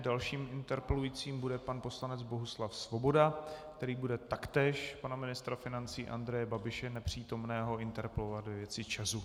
Dalším interpelujícím bude pan poslanec Bohuslav Svoboda, který bude taktéž pana ministra financí Andreje Babiše nepřítomného interpelovat ve věci ČEZu.